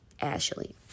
Ashley